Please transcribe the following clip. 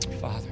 Father